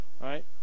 Right